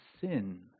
sin